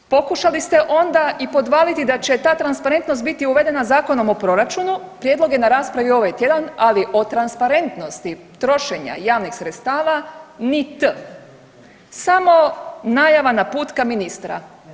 Pokušali ste onda i podvaliti da će ta transparentnost biti uvedena Zakonom o proračunu, prijedlog je na raspravi ovaj tjedan, ali o transparentnosti trošenja javnih sredstava ni t. Samo najava naputka ministra.